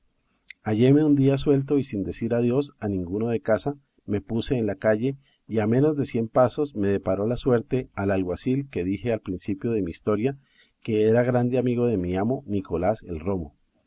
halléme un día suelto y sin decir adiós a ninguno de casa me puse en la calle y a menos de cien pasos me deparó la suerte al alguacil que dije al principio de mi historia que era grande amigo de mi amo nicolás el romo